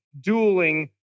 dueling